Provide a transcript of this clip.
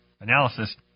analysis